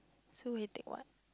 so he take what